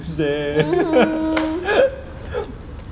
mmhmm